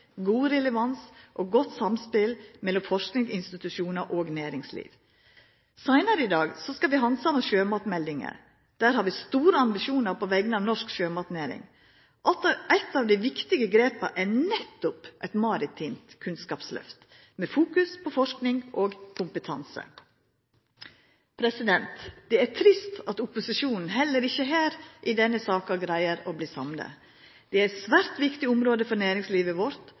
god relevans og godt samspel mellom forskingsinstitusjonar og næringsliv. Seinare i dag skal vi handsame sjømatmeldinga. Der har vi store ambisjonar på vegner av norsk sjømatnæring. Eit av dei viktige grepa er nettopp eit maritimt kunnskapsløft, med forsking og kompetanse i fokus. Det er trist at opposisjonen heller ikkje her, i denne saka, greier å bli samde. Dette er eit svært viktig område for næringslivet vårt,